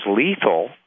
lethal